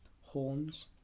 Horns